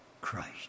Christ